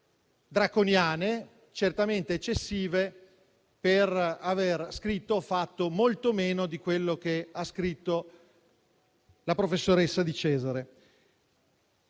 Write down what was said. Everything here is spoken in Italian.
draconiane, certamente eccessive, per aver scritto o fatto molto meno di quello che ha scritto la professoressa Di Cesare.